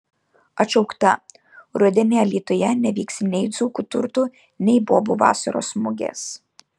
atšaukta rudenį alytuje nevyks nei dzūkų turtų nei bobų vasaros mugės